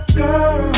girl